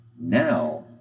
now